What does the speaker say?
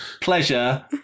pleasure